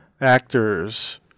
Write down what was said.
actors